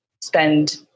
spend